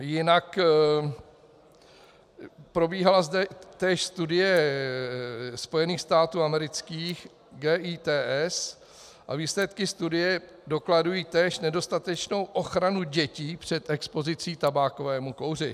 Jinak zde probíhala též studie Spojených států amerických GITS a výsledky studie dokladují též nedostatečnou ochranu dětí před expozicí tabákovému kouři.